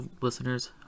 listeners